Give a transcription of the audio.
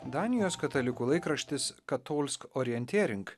danijos katalikų laikraštis katolsk orietėring